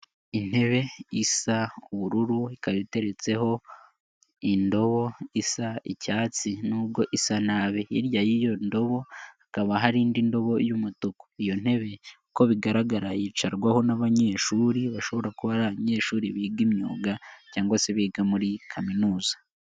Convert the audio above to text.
Intebe isa ubururu ikaba iteretseho indobo isa icyatsi nubwo isa nabi hirya y'iyo ndobo hakaba hari indi ndobo y'umutuku, iyo ntebe uko bigaragara yicarwaho n'abanyeshuri bashobora kuba abanyeshuri biga imyuga cyangwa se biga muri kaminuza.